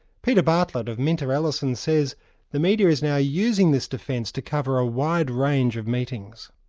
peter bartlett of minter ellison says the media is now using this defence to cover a wide range of meetings.